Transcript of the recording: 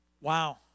Wow